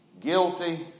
Guilty